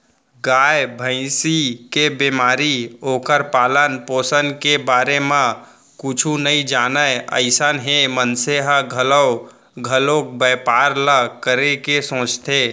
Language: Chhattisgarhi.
गाय, भँइसी के बेमारी, ओखर पालन, पोसन के बारे म कुछु नइ जानय अइसन हे मनसे ह घलौ घलोक बैपार ल करे के सोचथे